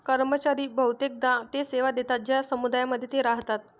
कर्मचारी बहुतेकदा ते सेवा देतात ज्या समुदायांमध्ये ते राहतात